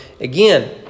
again